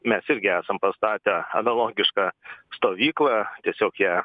mes irgi esam pastatę analogišką stovyklą tiesiog ją